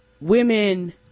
women